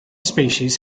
species